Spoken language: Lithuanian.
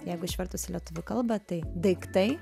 jeigu išvertus į lietuvių kalbą tai daiktai